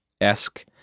esque